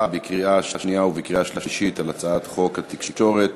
בקריאה שנייה ובקריאה שלישית על הצעת חוק התקשורת